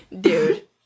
Dude